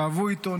כאבו איתו,